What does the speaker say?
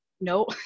no